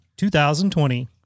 2020